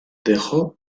dejó